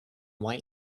white